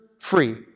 free